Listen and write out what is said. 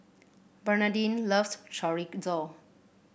Bernardine loves Chorizo